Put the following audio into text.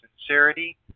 sincerity